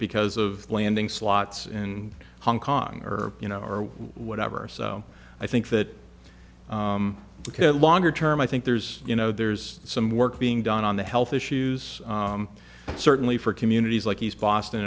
because of landing slots in hong kong or you know or whatever so i think that the longer term i think there's you know there's some work being done on the health issues and certainly for communities like east boston